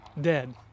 dead